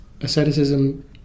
Asceticism